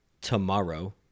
tomorrow